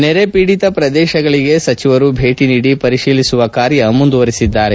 ನೆರೆ ಪೀಡಿತ ಪ್ರದೇಶಗಳಿಗೆ ಸಚಿವರು ಭೇಟಿ ನೀಡಿ ಪರಿತೀಲಿಸುವ ಕಾರ್ಯ ಮುಂದುವರೆಸಿದ್ದಾರೆ